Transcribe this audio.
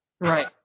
Right